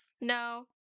No